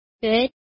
Good